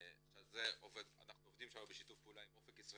שאנחנו עובדים שם בשיתוף פעולה עם אופק ישראלי,